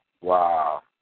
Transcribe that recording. wow